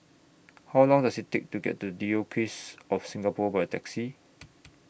How Long Does IT Take to get to Diocese of Singapore By Taxi